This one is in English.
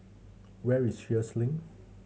where is Sheares Link